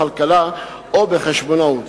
בכלכלה או בחשבונאות.